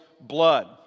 blood